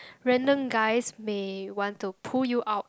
random guys may want to pull you out